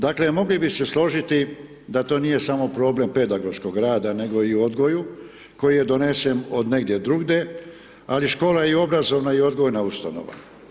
Dakle, mogli bi se složiti da to nije samo problem pedagoškog rada nego i u odgoju koji je donesen od negdje drugdje, ali škola je obrazovna i odgojna ustanova.